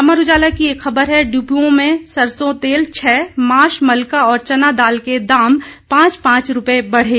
अमर उजाला की खबर है डिपुओं में सरसो तेल छह माश मलका और चना दाल के दाम पांच पांच रुपये बढ़े